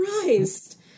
Christ